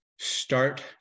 start